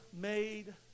made